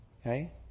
Okay